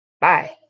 bye